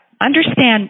Understand